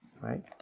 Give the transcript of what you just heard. right